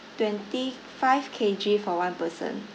twenty five K_G for one person